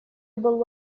был